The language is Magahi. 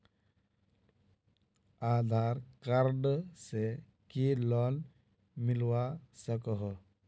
आधार कार्ड से की लोन मिलवा सकोहो?